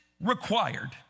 required